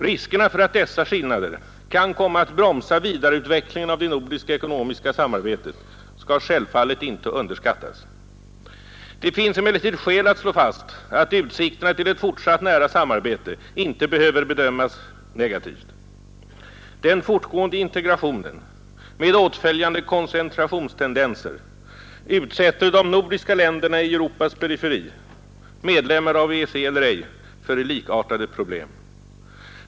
Riskerna för att dessa skillnader kan komma att bromsa vidareutvecklingen av det nordiska ekonomiska samarbetet skall självfallet inte underskattas. Det finns emellertid skäl att slå fast att utsikterna till ett fortsatt nära samarbete inte behöver bedömas negativt. Den fortgående integrationen med åtföljande koncentrationstendenser utsätter de nordiska länderna i Europas periferi, medlemmar av EEC eller ej, för likartade problem.